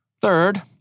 Third